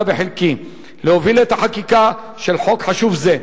בחלקי להוביל את החקיקה של חוק חשוב זה,